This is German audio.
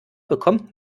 bekommt